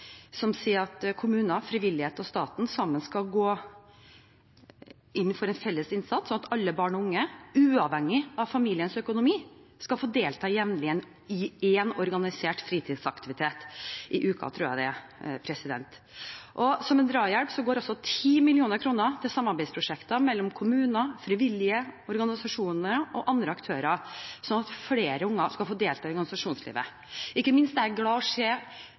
som sier at kommunene, frivilligheten og staten sammen skal gå inn for en felles innsats, slik at alle barn og unge, uavhengig av familiens økonomi, skal få delta jevnlig i én organisert fritidsaktivitet i uka, tror jeg det er. Som en drahjelp går 10 mill. kr til samarbeidsprosjekter mellom kommuner, frivillige organisasjoner og andre aktører, slik at flere barn skal få delta i organisasjonslivet. Ikke minst er jeg glad for å se